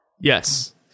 Yes